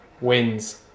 wins